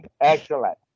Excellent